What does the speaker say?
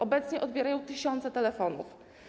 Obecnie odbiera tysiące telefonów.